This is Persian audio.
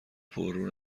پررو